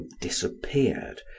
disappeared